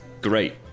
great